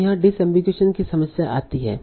तो यहां डिसअम्बिगुईशन की समस्या आती है